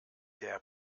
der